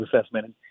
assessment